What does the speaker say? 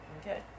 okay